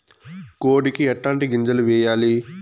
కోడికి ఎట్లాంటి గింజలు వేయాలి?